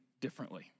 differently